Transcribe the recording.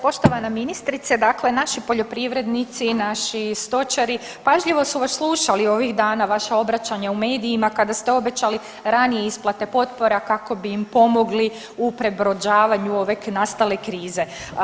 Poštovana ministrice, dakle naši poljoprivrednici, naši stočari pažljivo su vas slušali ovih dana, vaša obraćanja u medijima kada ste obećali ranije isplate potpora kako bi im pomogli u prebrođavanju ove nastale krize.